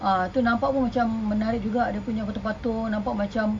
uh tu nampak pun macam menarik juga dia punya patung-patung nampak macam